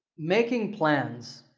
making plans.